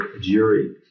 jury